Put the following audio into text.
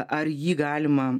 ar jį galima